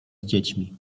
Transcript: dziećmi